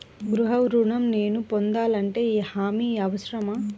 గృహ ఋణం నేను పొందాలంటే హామీ అవసరమా?